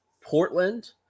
Portland